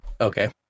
okay